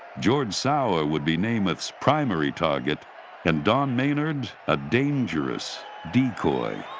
george sauer would be namath's primary target and don maynard a dangerous decoy.